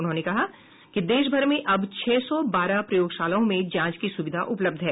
उन्होंने कहा कि देशभर में अब छह सौ बारह प्रयोगशालाओं में जांच की सुविधा उपलब्ध है